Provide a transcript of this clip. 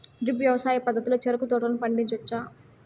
drip వ్యవసాయ పద్ధతిలో చెరుకు తోటలను పండించవచ్చా